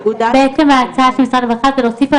בעצם ההצעה של משרד הרווחה זה להוסיף על